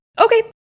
Okay